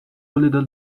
little